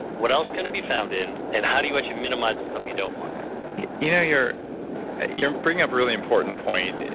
what else can it be found in, and how do you actually minimize the stuff you don't want you know you're you're bringing up a really important point,